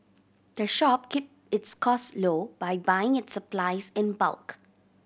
the shop keep its cost low by buying its supplies in bulk